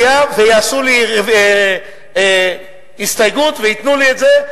ויעשו לי הסתייגות וייתנו לי את זה.